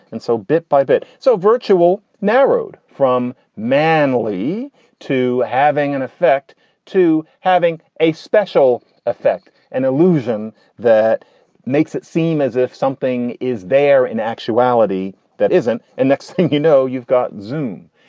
and so bit by bit. so virtual narrowed from manly to having an effect to having a special effect, an illusion that makes it seem as if something is there in actuality that isn't. and next thing you know, you've got zoom.